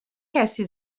کسی